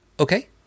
Okay